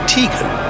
Tegan